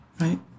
right